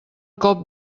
cop